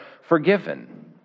forgiven